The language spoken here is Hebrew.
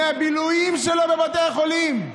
מהבילויים שלו בבתי החולים,